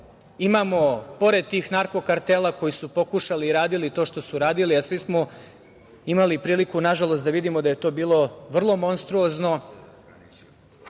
Imamo pored tih narko kartela koji su pokušali i radili to što su radili, a svi smo imali priliku nažalost da vidimo da je to bilo vrlo monstruozno.